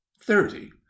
thirty